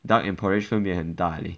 duck and porridge 分别很大 leh